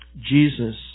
Jesus